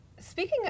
Speaking